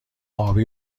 آبی